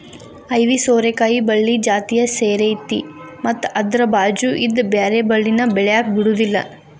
ಐವಿ ಸೋರೆಕಾಯಿ ಬಳ್ಳಿ ಜಾತಿಯ ಸೇರೈತಿ ಮತ್ತ ಅದ್ರ ಬಾಚು ಇದ್ದ ಬ್ಯಾರೆ ಬಳ್ಳಿನ ಬೆಳ್ಯಾಕ ಬಿಡುದಿಲ್ಲಾ